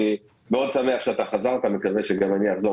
אני מאוד שמח שחזרת מקווה שגם אני אחזור